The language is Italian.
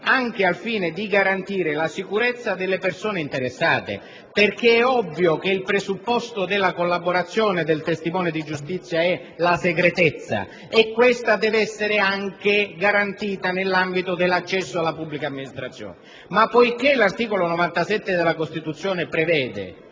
anche al fine di garantire la sicurezza delle persone interessate». È ovvio, infatti, che il presupposto della collaborazione del testimone di giustizia sia la segretezza, che deve essere garantita anche nell'ambito dell'accesso alla pubblica amministrazione. Poiché, però, l'articolo 97 della Costituzione prevede